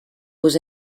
was